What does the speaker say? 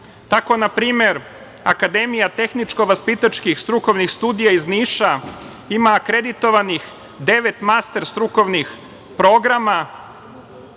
na primer, Akademija tehničko-vaspitačkih strukovnih studija iz Niša ima akreditovanih devet master strukovnih programa